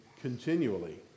continually